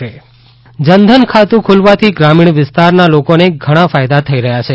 જનધન ખાતું જનધન ખાતું ખુલવાથી ગ્રામીણ વિસ્તારના લોકોને ઘણાં ફાયદા થઇ રહ્યા છે